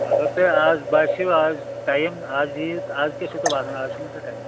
اگر تۄہہِ آز باسیو آز ٹایم آز یِیو تُہۍ آز کیاہ چھُ تۄہہِ باسان آز چھُو نہ تۄہہِ ٹایم